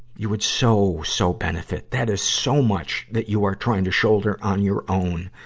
you would so, so benefit. that is so much that you are trying to shoulder on your own,